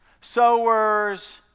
Sowers